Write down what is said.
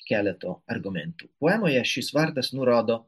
keletu argumentų poemoje šis vardas nurodo